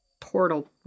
portal